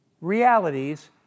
realities